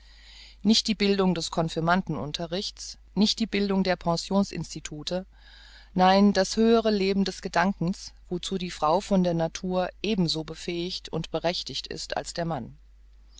nicht die bildung des confirmanden unterrichts nicht die bildung der pensions institute nein das höhere leben des gedankens wozu die frau von der natur eben so befähigt und berechtigt ist als der mann